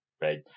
right